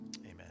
Amen